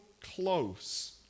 close